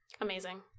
Amazing